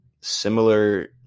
similar